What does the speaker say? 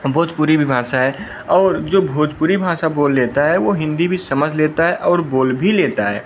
भोजपुरी भी भाषा है और जो भोजपुरी भाषा बोल लेता है वह हिंदी भी समझ लेता है और बोल भी लेता है